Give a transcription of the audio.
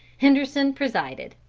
henderson presided.